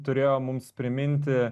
turėjo mums priminti